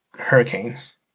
Hurricanes